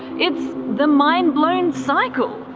it's the mind-blown cycle.